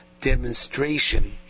demonstration